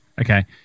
Okay